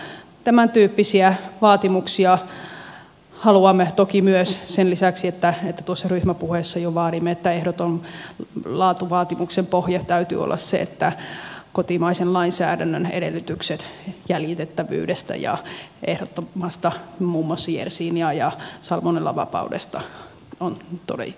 tämän tyyppisiä vaatimuksia haluamme toki myös sen lisäksi että tuossa ryhmäpuheessa jo vaadimme että ehdoton laatuvaatimuksen pohja täytyy olla se että kotimaisen lainsäädännön edellytykset jäljitettävyydestä ja muun muassa ehdottomasta jersinia ja salmonellavapaudesta on todistukset